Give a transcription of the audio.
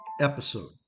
episode